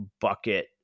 bucket